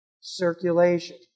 circulation